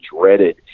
dreaded